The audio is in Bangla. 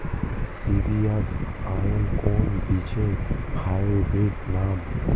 সি.বি.এফ ওয়ান কোন বীজের হাইব্রিড নাম?